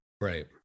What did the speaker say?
right